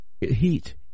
Heat